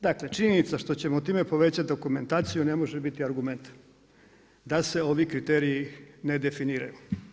Dakle, činjenica je što ćemo time povećati dokumentaciju, ne može biti argument, da se ovi kriteriju ne definiraju.